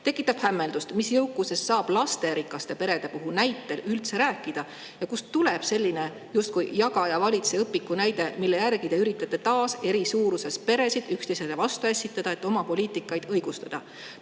Tekitab hämmeldust, mis jõukusest saab lasterikaste perede näitel üldse rääkida ja kust tuleb selline justkui jaga-ja-valitse-õpikunäide, mille järgi te üritate taas eri suuruses peresid üksteise vastu ässitada, et oma poliitikaid õigustada.